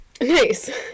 Nice